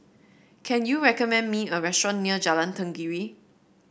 can you recommend me a restaurant near Jalan Tenggiri